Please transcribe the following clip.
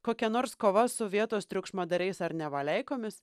kokia nors kova su vietos triukšmadariais ar nevaleikomis